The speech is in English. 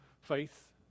faith